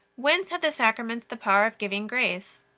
whence have the sacraments the power of giving grace?